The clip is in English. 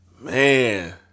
Man